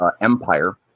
empire